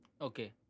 Okay